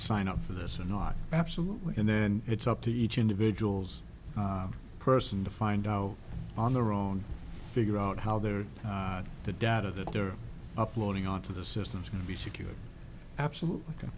sign up for this or not absolutely and then it's up to each individual's person to find out on their own figure out how they're the data that they're uploading onto the system is going to be secure absolutely